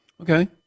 Okay